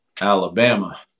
Alabama